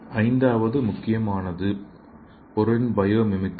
ஐந்தாவது முக்கியமானது பொருள் பயோ மிமிக்ரி